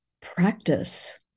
practice